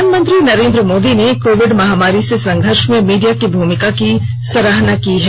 प्रधानमंत्री नरेन्द्र मोदी ने कोविड महामारी से संघर्ष में मीडिया की भूमिका की सराहना की है